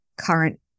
current